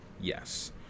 Yes